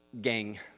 gang